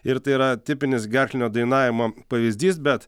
ir tai yra tipinis gerklinio dainavimo pavyzdys bet